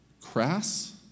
crass